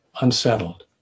unsettled